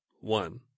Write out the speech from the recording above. One